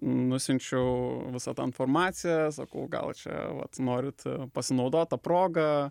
nusiunčiau visą tą informaciją sakau gal čia vat norit pasinaudot ta proga